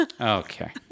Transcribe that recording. Okay